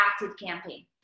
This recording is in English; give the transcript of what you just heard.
ActiveCampaign